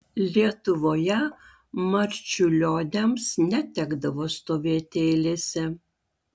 lietuvoje marčiulioniams netekdavo stovėti eilėse